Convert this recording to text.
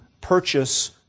purchase